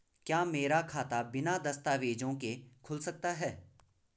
क्या मेरा खाता बिना दस्तावेज़ों के खुल सकता है?